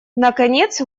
наконец